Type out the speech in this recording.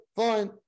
fine